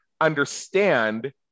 understand